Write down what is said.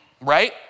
right